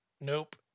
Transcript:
Nope